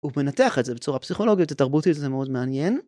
הוא מנתח את זה בצורה פסיכולוגית התרבותית זה מאוד מעניין.